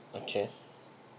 okay